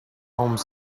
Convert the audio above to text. home